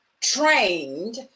trained